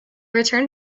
returned